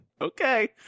okay